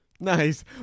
Nice